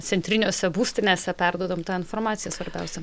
centriniuose būstinėse perduodam tą informaciją svarbiausią